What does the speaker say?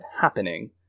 happening